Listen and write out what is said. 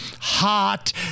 Hot